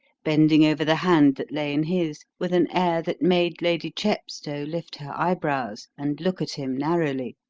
bending over the hand that lay in his, with an air that made lady chepstow lift her eyebrows and look at him narrowly.